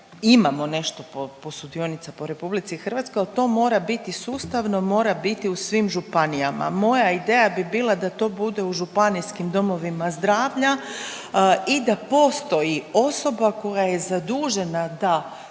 imamo nešto posudionica po RH, al to mora biti, sustavno mora biti u svim županijama. Moja ideja bi bila da to bude u županijskim domovima zdravlja i da postoji osoba koja je zadužena da